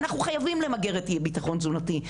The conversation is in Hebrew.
אנחנו חייבים למגר את אי ביטחון תזונתי,